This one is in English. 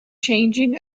changing